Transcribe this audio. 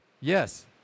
Yes